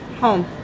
home